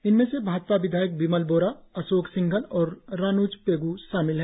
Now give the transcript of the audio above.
इनमें भाजपा विधायक बिमल बोरा अशोक सिंघल और रान्ज पेग् शामिल हैं